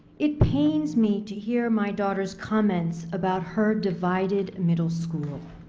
it pains me to hear my daughter's comments about heard divided middle school.